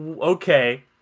okay